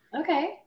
Okay